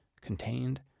contained